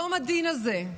יום הדין הזה,